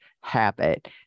habit